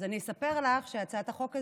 אז אני אספר לך שהצעת החוק הזו,